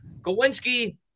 Gawinski